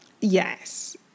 Yes